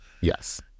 yes